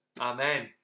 Amen